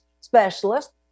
specialist